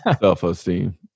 Self-esteem